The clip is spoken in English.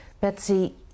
Betsy